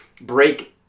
break